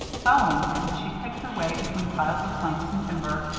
following him, she picked her way between piles of planks and timber,